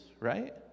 right